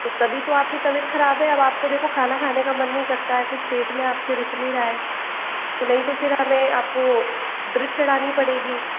तो तभी तो आप की तबियत ख़राब है अब आप को देखो खाना खाने का मन नहीं करता है कुछ पेट में आप के रुक नहीं रहा है तो नहीं तो फिर हमें आप को ड्रिप चढ़ानी पड़ेगी